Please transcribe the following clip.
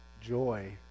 joy